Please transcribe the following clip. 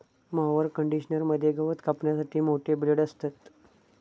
mower conditioner मध्ये गवत कापण्यासाठी मोठे ब्लेड असतत